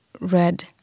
red